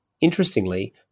Interestingly